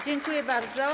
Dziękuję bardzo.